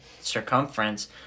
circumference